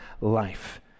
life